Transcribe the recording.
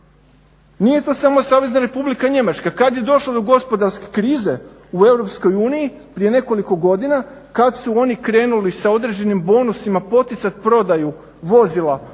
Nije to samo Savezna Republika Njemačka, kad je došlo do gospodarske krize u Europskoj uniji prije nekoliko godina, kad su oni krenuli sa određenim bonusima poticati prodaju vozila